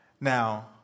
Now